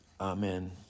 Amen